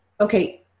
Okay